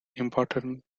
important